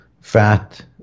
fat